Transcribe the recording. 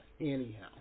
anyhow